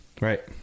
Right